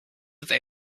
they